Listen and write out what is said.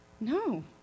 No